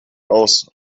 aus